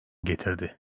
getirdi